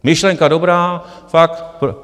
Myšlenka dobrá, fakt.